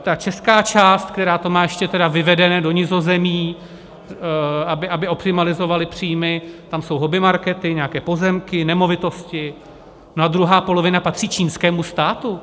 Ta česká část, která to má ještě vyvedené do Nizozemí, aby optimalizovali příjmy, tam jsou hobbymarkety, nějaké pozemky, nemovitosti, no a druhá polovina patří čínskému státu.